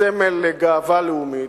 הסמל לגאווה לאומית.